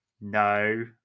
no